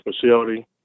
facility